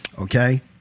Okay